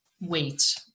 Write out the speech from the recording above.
wait